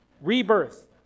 rebirth